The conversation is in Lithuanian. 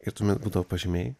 ir tuomet būdavo pažymiai